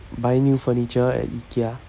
buy new furniture at ikea